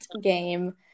game